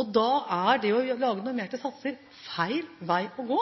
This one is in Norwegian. og da er det å lage normerte satser feil vei å gå,